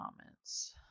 comments